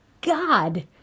God